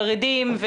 חרדים,